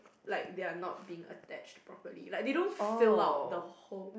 like they are not being attached properly like they don't fill out the whole